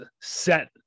set